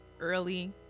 Early